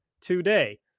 today